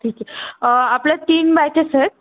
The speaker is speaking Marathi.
ठीक आहे आपल्या तीन बॅचेस आहेत